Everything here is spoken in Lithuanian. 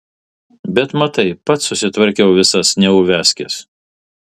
bet matai pats susitvarkiau visas neuviazkes